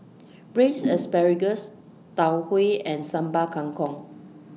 Braised Asparagus Tau Huay and Sambal Kangkong